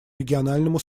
региональному